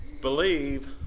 believe